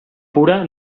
pura